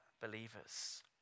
believers